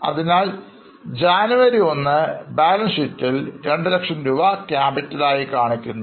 അതിനാൽ ജനുവരി 1 ബാലൻ ഷീറ്റിൽ 200000രൂപ capital ആയി കാണിക്കുന്നു